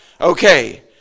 Okay